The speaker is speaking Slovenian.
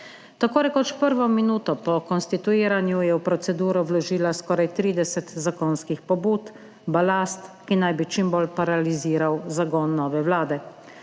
Tako rekoč prvo minuto po konstituiranju, je v proceduro vložila skoraj 30 zakonskih pobud, balast, ki naj bi čim bolj paraliziral zagon nove Vlade.